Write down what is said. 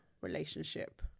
relationship